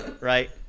right